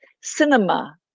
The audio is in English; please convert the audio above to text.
cinema